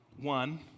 one